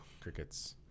Crickets